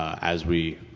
as we,